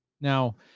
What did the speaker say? now